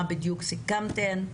מה בדיוק סוכם,